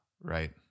Right